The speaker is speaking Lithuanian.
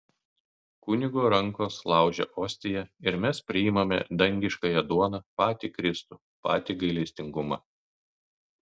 kunigo rankos laužia ostiją ir mes priimame dangiškąją duoną patį kristų patį gailestingumą